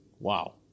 Wow